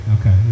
okay